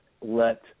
let